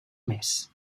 més